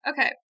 Okay